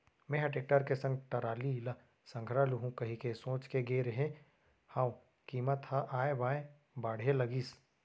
मेंहा टेक्टर के संग टराली ल संघरा लुहूं कहिके सोच के गे रेहे हंव कीमत ह ऑय बॉय बाढ़े लगिस